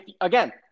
Again